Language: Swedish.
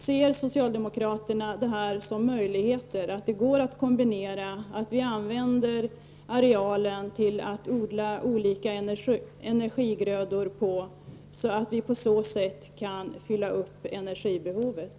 Ser socialdemokraterna det som en möjlighet att använda arealen till att odla olika energigrödor så att vi på så sätt kan fylla energibehovet?